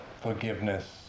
forgiveness